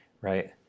right